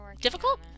difficult